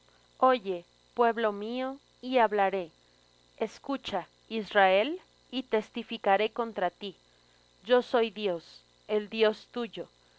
oye pueblo mío y hablaré escucha israel y testificaré contra ti yo soy dios el dios tuyo no